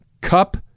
Cup